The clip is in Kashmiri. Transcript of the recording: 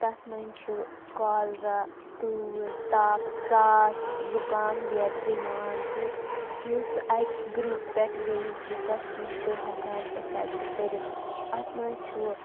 تتھ منٛز چھِ کالرا تۭر تف ژاس زُکام بیترِ یِوان تہٕ یُس اَکہِ گرٛوپ پٮ۪ٹھ بیٚیِس گرٛوپس تہِ چھُ ہٮ۪کان اِفٮ۪کٹ کٔرِتھ اتھ منٛز چھُ